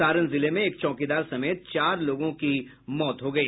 सारण जिले में एक चौकीदार समेत चार लोगों की मौत हो गयी